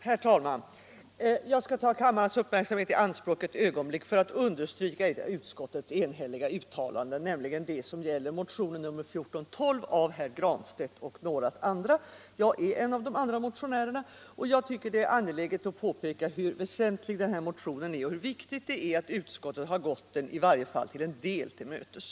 Herr talman! Jag tar kammarens uppmärksamhet i anspråk eu ögonblick för att understryka ett av utskouets enhälliga uttalanden, nämligen det som gäller motionen 1412 av herr Granstedt m.fl. Jag är en av motionärerna, och jag tycker det är angeläget att påpeka hur väsentlig denna motion är och hur viktigt det är att utskottet har gått den i varje fall till en del till mötes.